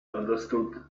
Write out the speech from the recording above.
understood